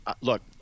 look